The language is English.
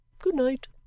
Good-night